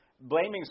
blaming